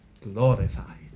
glorified